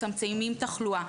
מצמצמים תחלואה.